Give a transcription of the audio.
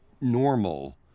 normal